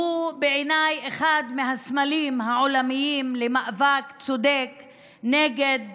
בעיניי אחד מהסמלים העולמיים למאבק צודק נגד